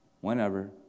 whenever